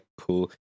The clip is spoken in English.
cool